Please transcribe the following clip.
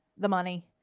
the money.